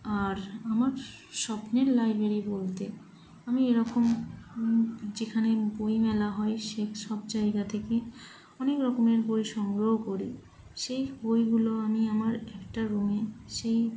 আর আমার স্বপ্নের লাইব্রেরি বলতে আমি এরকম যেখানে বইমেলা হয় সে সব জায়গা থেকে অনেক রকমের বই সংগ্রহ করি সেই বইগুলো আমি আমার একটা রুমে সেই